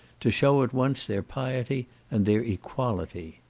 to shew at once their piety and their equality.